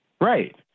Right